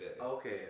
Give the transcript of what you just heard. Okay